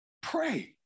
pray